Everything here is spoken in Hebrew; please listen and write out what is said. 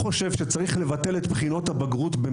אנחנו עושים רק טוב בזה שהחזרנו את בחינות הבגרות בספרות,